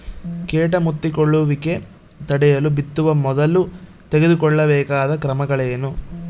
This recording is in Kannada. ಕೇಟ ಮುತ್ತಿಕೊಳ್ಳುವಿಕೆ ತಡೆಯಲು ಬಿತ್ತುವ ಮೊದಲು ತೆಗೆದುಕೊಳ್ಳಬೇಕಾದ ಕ್ರಮಗಳೇನು?